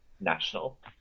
national